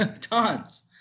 tons